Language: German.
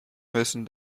müssen